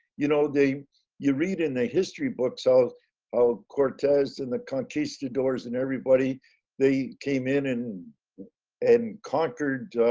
you know, they you read in the history books out how cortez and the conquistadores and everybody they came in and and conquered